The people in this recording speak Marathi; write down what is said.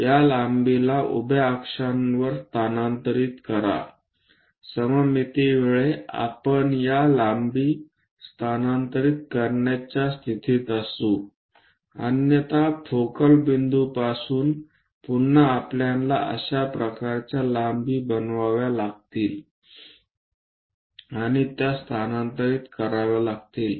या लांबीला उभ्या अक्षांवर स्थानांतरित करा सममितीमुळे आपण या लांबी स्थानांतरित करण्याच्या स्थितीत असू अन्यथा फोकल बिंदूपासून पुन्हा आपल्याला अशा प्रकारच्या लांबी बनवाव्या लागतील आणि त्या स्थानांतरित कराव्या लागतील